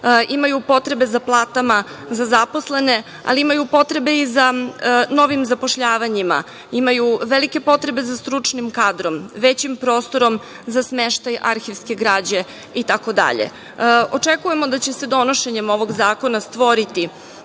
imaju potrebe za platama za zaposlene, ali imaju potrebe i za novim zapošljavanjima, imaju velike potrebe za stručnim kadrom, većim prostorom za smeštaj arhivske građe itd. Očekujemo da će se donošenjem ovoga zakona stvoriti